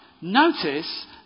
Notice